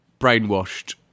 brainwashed